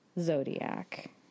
Zodiac